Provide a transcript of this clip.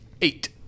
Eight